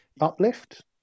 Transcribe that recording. uplift